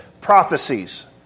prophecies